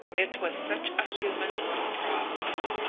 it was such a human little problem.